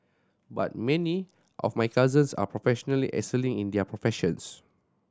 but many of my cousins are professionally excelling in their professions